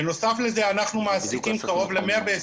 בנוסף לכך אנחנו מעסיקים קרוב ל- 120